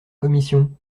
commission